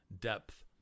Depth